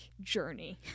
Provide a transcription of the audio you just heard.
journey